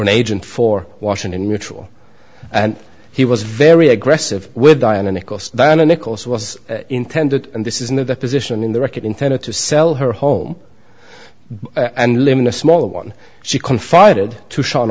an agent for washington mutual and he was very aggressive with diana nichols diana nichols who was intended and this is in a deposition in the record intended to sell her home and live in a smaller one she confided t